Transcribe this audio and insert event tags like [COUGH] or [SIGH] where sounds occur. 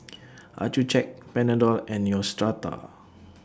[NOISE] Accucheck Panadol and Neostrata [NOISE]